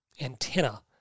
antenna